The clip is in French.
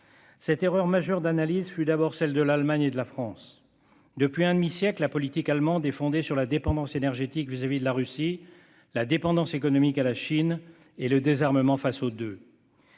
Cette erreur majeure d'analyse fut d'abord celle de l'Allemagne et de la France. Depuis un demi-siècle, la politique allemande est fondée sur la dépendance énergétique à l'égard de la Russie, sur la dépendance économique envers la Chine et le désarmement face aux deux.